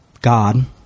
God